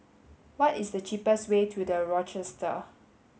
what is the cheapest way to The Rochester